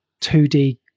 2D